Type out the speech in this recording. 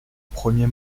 premier